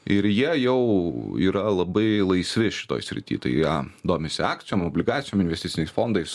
ir jie jau yra labai laisvi šitoj srityj tai jie domisi akcijom obligacijom investiciniais fondais